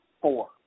four